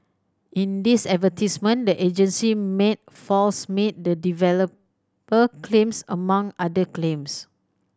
in these the agency made false meet the developer claims among other claims